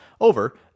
over